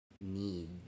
need